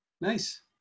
Nice